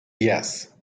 yes